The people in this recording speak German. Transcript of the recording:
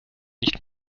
nicht